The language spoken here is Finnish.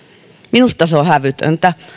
minusta se on hävytöntä